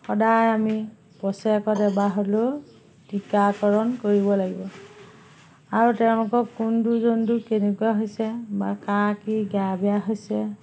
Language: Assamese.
সদায় আমি বছৰেকত এবাৰ হ'লেও টীকাকৰণ কৰিব লাগিব আৰু তেওঁলোকৰ কোনটো জন্তুৰ কেনেকুৱা হৈছে বা কাৰ কি গা বেয়া হৈছে